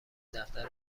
دفتر